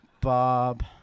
Bob